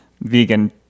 vegan